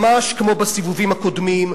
ממש כמו בסיבובים הקודמים,